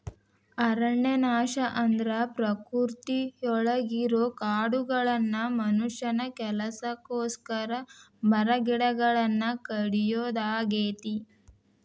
ಅರಣ್ಯನಾಶ ಅಂದ್ರ ಪ್ರಕೃತಿಯೊಳಗಿರೋ ಕಾಡುಗಳನ್ನ ಮನುಷ್ಯನ ಕೆಲಸಕ್ಕೋಸ್ಕರ ಮರಗಿಡಗಳನ್ನ ಕಡಿಯೋದಾಗೇತಿ